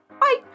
Bye